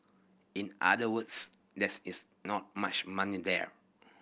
in other words there is not much money there